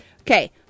Okay